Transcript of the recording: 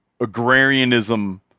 agrarianism